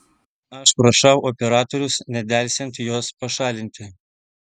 aš prašau operatorius nedelsiant juos pašalinti